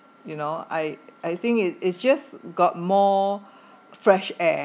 you know I I think it's it's just got more fresh air